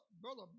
Brother